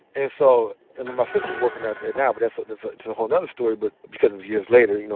and so, and then my sister's working out there now, but that's that's a whole other story, but because it was years later, you know